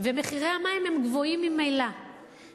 ומחירי המים הם גבוהים ממילא,